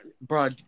bro